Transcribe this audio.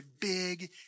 big